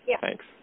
Thanks